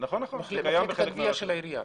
מחלקת הגבייה של העירייה.